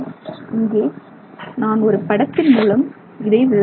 இங்கே நான் ஒரு படத்தின் மூலம் இதை விளக்குகிறேன்